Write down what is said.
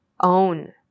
own